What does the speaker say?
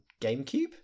GameCube